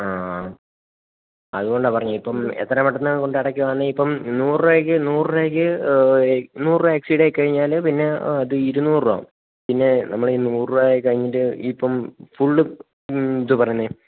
ആ അതുകൊണ്ടാ പറഞ്ഞത് ഇപ്പം എത്രയും പെട്ടെന്ന് കൊണ്ട് അടക്കുവാണെങ്കിൽ ഇപ്പം നൂറ് രൂപയ്ക്ക് നൂറ് രൂപയ്ക്ക് നൂറ് രൂപ എക്സ്ഡി ആയി കഴിഞ്ഞാൽ പിന്നെ അത് ഇരുനൂറ് രൂപ ആകും പിന്നെ നമ്മളിന്ന് നൂറ് രൂപ കഴിഞ്ഞിട്ട് ഇപ്പം ഫുള്ള് എന്തുവാ പറയുന്നത്